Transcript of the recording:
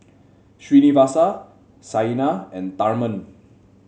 Srinivasa Saina and Tharman